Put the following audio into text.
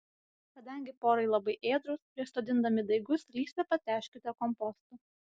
kadangi porai labai ėdrūs prieš sodindami daigus lysvę patręškite kompostu